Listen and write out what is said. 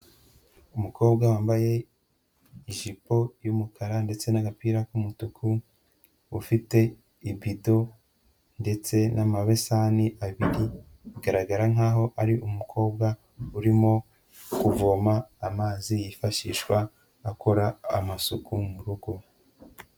Umukobwa wambaye ijipo y'umukara ndetse n'agapira k'umutuku, ufite ibido ndetse n'amabesani abiri, bigaragara nkaho ari umukobwa urimo kuvoma amazi yifashishwa akora amasuku mu rugo.